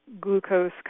glucose